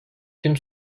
tüm